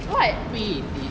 what